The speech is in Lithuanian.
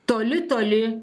toli toli